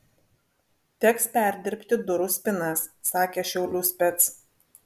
teks perdirbti durų spynas sakė šiaulių spec